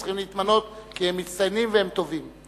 הם צריכים להתמנות כי הם מצטיינים והם טובים.